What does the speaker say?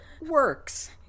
works